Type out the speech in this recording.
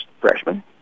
freshman